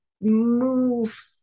move